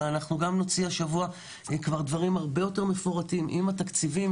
אבל אנחנו גם נוציא השבוע דברים הרבה יותר מפורטים עם התקציבים,